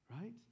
Right